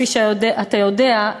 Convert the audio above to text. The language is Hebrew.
כפי שאתה יודע,